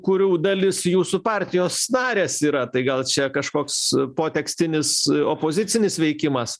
kurių dalis jūsų partijos narės yra tai gal čia kažkoks potekstinis opozicinis veikimas